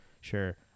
sure